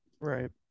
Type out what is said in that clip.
right